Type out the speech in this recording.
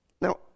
Now